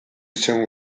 izen